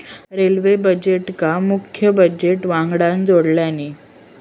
railway बजेटका मुख्य budget वंगडान जोडल्यानी